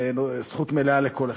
יש זכות מלאה לכל אחד.